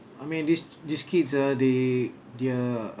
I mean this this kids ah they their